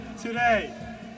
today